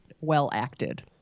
well-acted